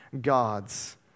God's